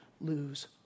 lose